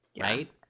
Right